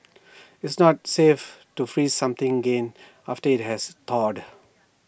IT is not safe to freeze something again after IT has thawed